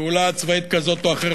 פעולה צבאית כזאת או אחרת,